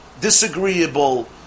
Disagreeable